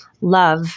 love